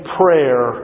prayer